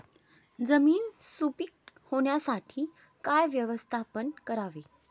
जमीन सुपीक होण्यासाठी काय व्यवस्थापन करावे?